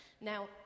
Now